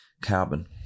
carbon